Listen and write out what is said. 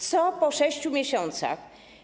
Co po 6 miesiącach?